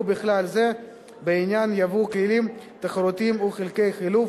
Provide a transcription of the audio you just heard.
ובכלל זה בעניין ייבוא כלים תחרותיים וחלקי חילוף,